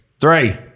Three